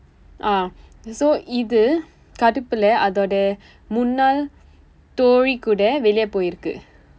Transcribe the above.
ah so இது கடுப்பிலே அதோட முன்னாள் தோழி கூட வெளியே போயிருக்கு:ithu kaduppilee athooda munnaal thoozhi kuuda veliyee pooyirukku